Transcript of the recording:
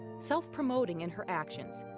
self-promoting in her actions,